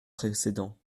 précédents